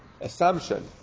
assumption